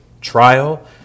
trial